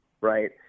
right